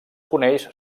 coneix